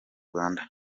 rwanda